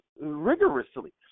rigorously